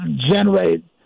generate